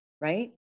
right